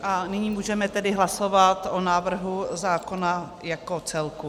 A nyní můžeme tedy hlasovat o návrhu zákona jako celku.